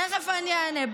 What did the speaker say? תכף אני אענה.